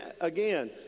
again